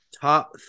top